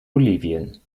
bolivien